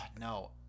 No